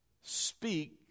speak